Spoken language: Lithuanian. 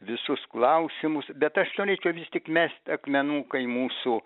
visus klausimus bet aš norėčiau vis tik mest akmenuką į mūsų